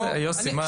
יוסי, מה?